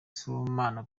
sibomana